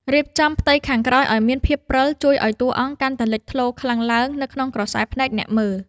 រៀបចំផ្ទៃខាងក្រោយឱ្យមានភាពព្រិលជួយឱ្យតួអង្គកាន់តែលេចធ្លោខ្លាំងឡើងនៅក្នុងក្រសែភ្នែកអ្នកមើល។